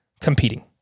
competing